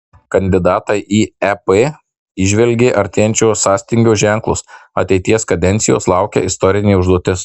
kandidatai į ep įžvelgė artėjančio sąstingio ženklus ateities kadencijos laukia istorinė užduotis